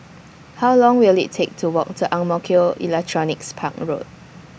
How Long Will IT Take to Walk to Ang Mo Kio Electronics Park Road